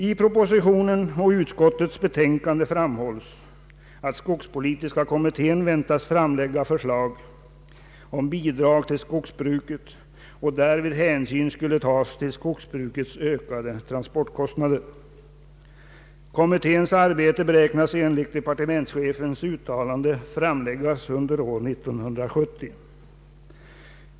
I propositionen och i utskottets betänkande framhålles, att skogspolitiska kommittén väntas framlägga förslag om bidrag till skogsbruket och att därvid hänsyn skall tas till skogsbrukets ökade transportkostnader. Kommitténs arbete beräknas enligt departementschefens uttalande vara avslutat under år 1970.